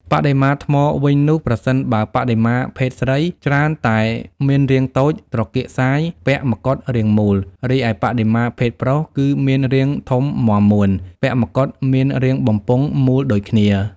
បដិមាថ្មវិញនោះ ប្រសិនបើបដិមាភេទស្រី ច្រើនតែមានរាងតូច ត្រគាកសាយ ពាក់មកុដរាងមូល រីឯបដិមាភេទប្រុស គឺមានរាងធំមាំមួន ពាក់មកុដមានរាងបំពង់មូលដូចគ្នា។